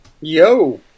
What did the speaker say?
Yo